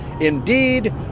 indeed